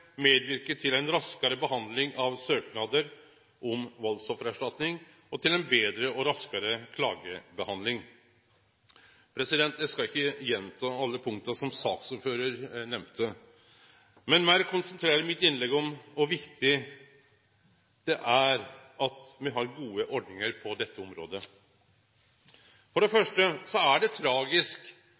medverke til ei raskare behandling av søknader om valdsoffererstatning og til ei betre og raskare klagebehandling. Eg skal ikkje gjenta alle punkta som saksordføraren nemnde, men meir konsentrere mitt innlegg om kor viktig det er at me har gode ordningar på dette området. For det første er det tragisk